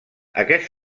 aquest